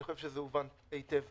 אני חושב שזה הובן היטב.